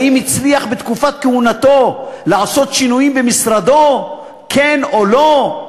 האם הצליח בתקופת כהונתו לעשות שינויים במשרדו כן או לא?